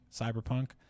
cyberpunk